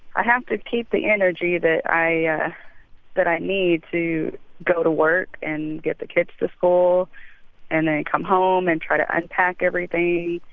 i have to keep the energy that i yeah that i need to go to work and get the kids to school and then come home and try to unpack everything.